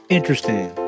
Interesting